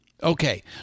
Okay